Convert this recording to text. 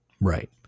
Right